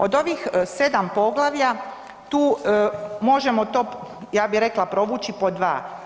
Od ovih 7 poglavlja, tu možemo to, ja bi rekla provući pod dva.